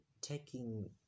taking